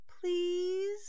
Please